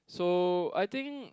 so I think